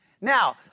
Now